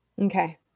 Okay